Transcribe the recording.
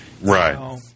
Right